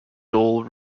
dole